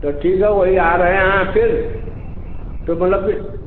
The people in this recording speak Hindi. तो ठीक है वहीं आ रहा हैं फिर तो मतलब कि